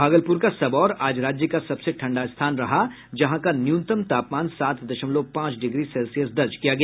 भागलपुर का सबौर आज राज्य का सबसे ठंडा स्थान रहा जहां का न्यूनतम तापमान सात दशमलव पांच डिग्री सेल्सियस दर्ज किया गया